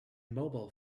mobile